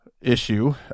Issue